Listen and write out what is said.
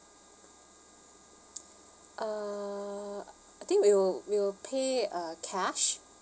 uh I think we'll we'll pay uh cash